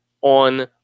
on